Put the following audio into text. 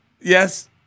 Yes